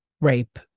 rape